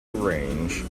range